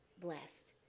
blessed